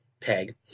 peg